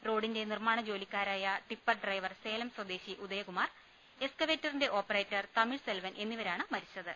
റോഡിന്റെ നിർമ്മാണ ജോലിക്കാരായ ടിപ്പർ ഡ്രൈവർ സേലം സ്വദേശി ഉദയകുമാർ എക്സ്കവേറ്ററിന്റെ ഓപ്പറേറ്റർ തമിഴ് സെൽവൻ എന്നിവരാണ് മരിച്ചത്